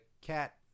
cat